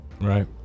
right